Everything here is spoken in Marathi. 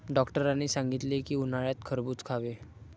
डॉक्टरांनी सांगितले की, उन्हाळ्यात खरबूज खावे